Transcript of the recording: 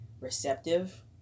receptive